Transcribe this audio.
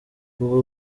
ubwo